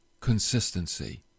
consistency